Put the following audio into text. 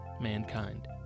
mankind